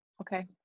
Okay